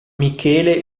michele